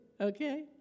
Okay